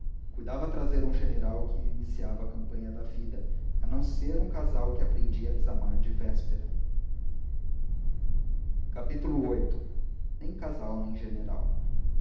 cuidava trazer um general que iniciava a campanha da vida a não ser um casal que aprendia a desamar de véspera viii nem casal nem general